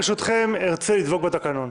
ברשותכם, אני ארצה לדבוק בתקנון.